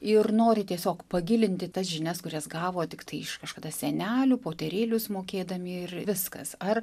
ir nori tiesiog pagilinti tas žinias kurias gavo tiktai iš kažkada senelių poterėlius mokėdami ir viskas ar